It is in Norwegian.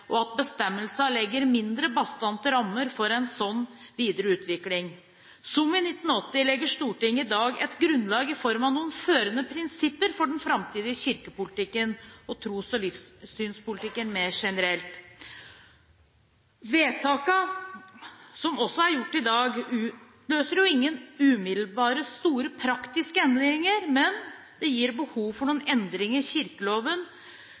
og at bestemmelsene legger mindre bastante rammer for en slik videre utvikling. Som i 1980 legger Stortinget i dag et grunnlag i form av noen førende prinsipper for den framtidige kirkepolitikken, og for tros- og livssynspolitikken mer generelt. Vedtakene som også er gjort i dag, utløser ikke umiddelbart store praktiske endringer, men det gir behov for noen endringer i kirkeloven